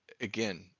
again